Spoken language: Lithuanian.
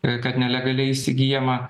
ir kad nelegaliai įsigyjama